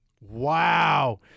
Wow